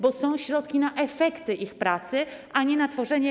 Bo są środki na efekty ich pracy, a nie na ich tworzenie.